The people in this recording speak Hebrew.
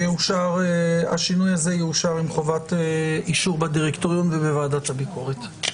השינוי הזה יאושר עם חובת אישור בדירקטוריון ובוועדת הביקורת.